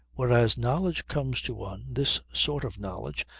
whereas knowledge comes to one, this sort of knowledge,